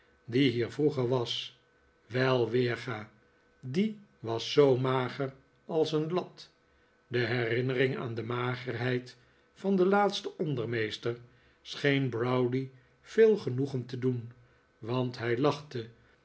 die nier vroeger was wel weerga die was zoo mager als een lat de herinnering aan de magerheid van den laatsten ondermeester scheen browdie veel genoegen te doen want hij lachte